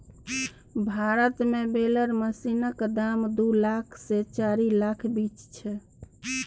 भारत मे बेलर मशीनक दाम दु लाख सँ चारि लाखक बीच छै